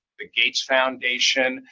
the gates foundation,